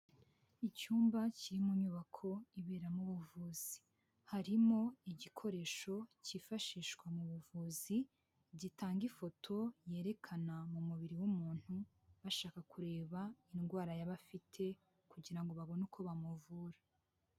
Icyumba kiri mu nyubako iberamo ubuvuzi, harimo igikoresho cyifashishwa mu buvuzi gitanga ifoto yerekana mu mubiri w'umuntu bashaka kureba indwara yaba afite kugira ngo babone uko bamuvura.